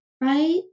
right